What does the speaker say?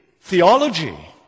theology